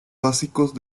básicos